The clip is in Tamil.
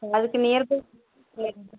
அதுக்கு நியர்பை பிளேஸ்